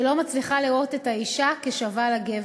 שלא מצליחה לראות את האישה כשווה לגבר.